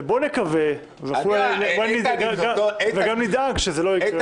ובוא נקווה, וגם נדאג שזה לא יקרה.